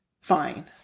Fine